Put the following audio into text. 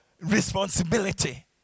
responsibility